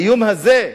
האיום הזה,